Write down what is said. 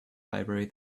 library